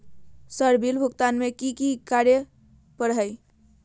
Sir bill भुगतान में की की कार्य पर हहै?